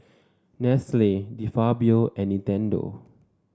Nestle De Fabio and Nintendo